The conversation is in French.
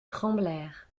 tremblèrent